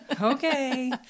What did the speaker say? Okay